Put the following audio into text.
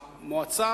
שהמועצה,